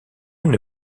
une